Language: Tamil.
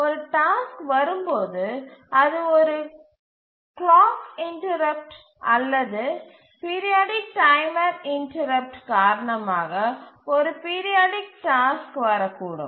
ஒரு டாஸ்க் வரும்போது அது ஒரு கிளாக் இன்டரப்ட்டு அல்லது ஒரு பீரியாடிக் டைமர் இன்டரப்ட்டு காரணமாக ஒரு பீரியாடிக் டாஸ்க் வரக்கூடும்